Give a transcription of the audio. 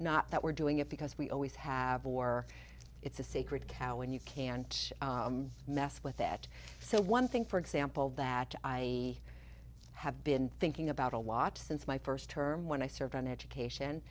not that we're doing it because we always have war it's a sacred cow and you can't mess with that so one thing for example that i have been thinking about a lot since my first term when i served on education